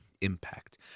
impact